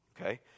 Okay